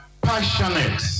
passionate